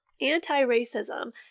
Anti-racism